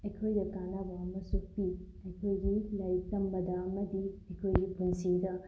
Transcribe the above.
ꯑꯩꯈꯣꯏꯗ ꯀꯥꯟꯅꯕ ꯑꯃꯁꯨ ꯄꯤ ꯑꯩꯈꯣꯏꯒꯤ ꯂꯥꯏꯔꯤꯛ ꯇꯝꯕꯗ ꯑꯃꯗꯤ ꯑꯩꯈꯣꯏꯒꯤ ꯄꯨꯟꯁꯤꯗ